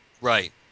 Right